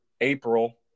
April